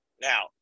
Now